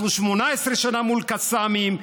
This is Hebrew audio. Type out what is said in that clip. אנחנו 18 שנה מול קסאמים,